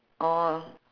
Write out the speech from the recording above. orh